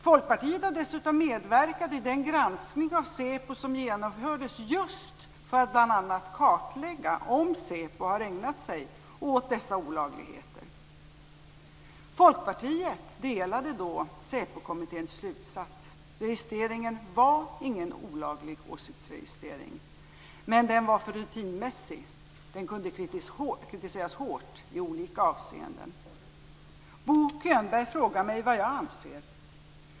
Folkpartiet har dessutom medverkat i den granskning av SÄPO som genomfördes just för att bl.a. kartlägga om SÄPO har ägnat sig åt dessa olagligheter. Folkpartiet delade då SÄPO-kommitténs slutsats att registreringen inte var någon olaglig åsiktsregistrering, men den var för rutinmässig. Den kunde kritiseras hårt i olika avseenden. Bo Könberg frågar mig vad anser.